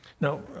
now